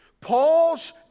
Paul's